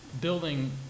building